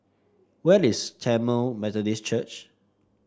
where is Tamil Methodist Church